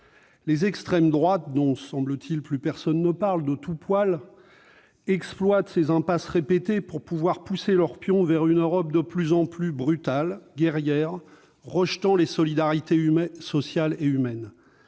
Les extrêmes droites de tous poils, dont plus personne ne parle, semble-t-il, exploitent ces impasses répétées pour pousser leurs pions vers une Europe de plus en plus brutale, guerrière, rejetant les solidarités sociales et humaines.